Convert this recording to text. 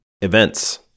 Events